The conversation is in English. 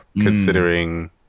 considering